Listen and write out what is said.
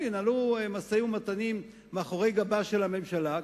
ינהלו משאים-ומתנים מאחורי גבה של הממשלה,